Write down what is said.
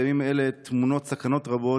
בימים אלה טמונות סכנות רבות,